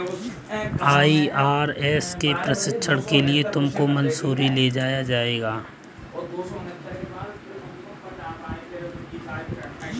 IRS के प्रशिक्षण के लिए तुमको मसूरी ले जाया जाएगा